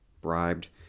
bribed